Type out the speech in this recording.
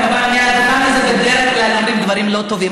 מהדוכן הזה בדרך כלל אומרים דברים לא טובים,